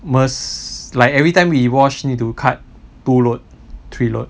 was like every time we wash need to cut two load three load